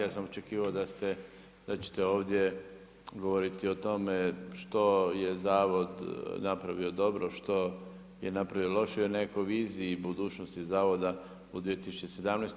Ja sam očekivao da ćete ovdje govoriti o tome, što je Zavod napravio dobro, što je napravio loše i o nekoj viziji, budućnosti Zavoda, u 2017.